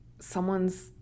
someone's